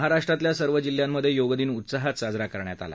महाराष्ट्रातल्या सर्व जिल्ह्यांमधे योगदिन उत्साहात साजरा करण्यात आला